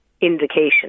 indication